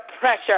pressure